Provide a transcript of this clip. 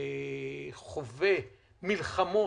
חווה מלחמות,